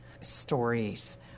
stories